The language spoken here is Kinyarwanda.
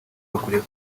bakwiriye